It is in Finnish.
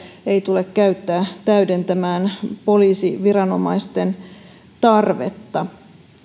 ei tule käyttää täydentämään poliisiviranomaisten tarvetta